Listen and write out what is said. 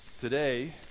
Today